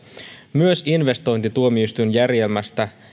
myös investointituomioistuinjärjestelmästä